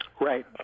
Right